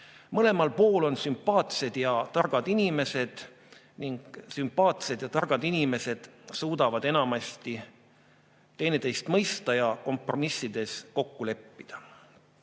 Mõlemal pool on sümpaatsed ja targad inimesed ning sümpaatsed ja targad inimesed suudavad enamasti teineteist mõista ja kompromissides kokku leppida.